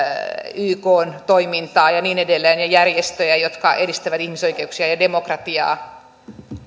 ykn toimintaa ja niin edelleen ja järjestöjä jotka edistävät ihmisoikeuksia ja demokratiaa